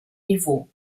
niveau